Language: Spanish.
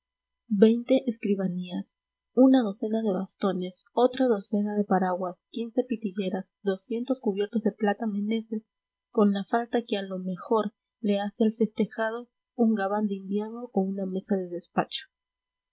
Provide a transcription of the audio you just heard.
veinte escribanías una docena de bastones otra docena de paraguas quince pitilleras doscientos cubiertos de plata meneses con la falta que a lo mejor le hace al festejado un gabán de invierno o una mesa de despacho